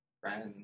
friends